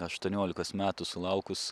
aštuoniolikos metų sulaukus